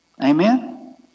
Amen